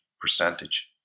percentage